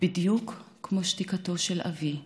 בדיוק כמו שתיקתו של אבי.